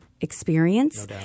experience